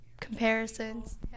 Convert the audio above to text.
comparisons